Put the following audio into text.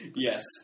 Yes